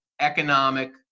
economic